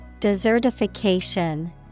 Desertification